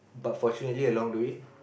but fortunately along the way